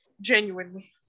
Genuinely